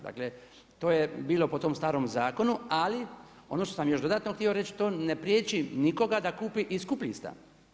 Dakle, to je bilo po tom starom zakonu, ali ono što sam još dodatno htio reći, to ne priječi nikoga da kupi i skuplji stan.